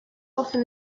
often